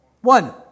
One